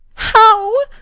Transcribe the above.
how!